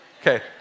okay